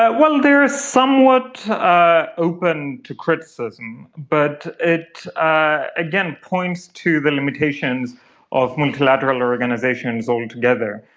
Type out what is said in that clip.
ah well, they are somewhat open to criticism, but it again points to the limitations of multilateral organisations altogether.